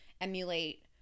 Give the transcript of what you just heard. emulate